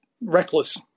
reckless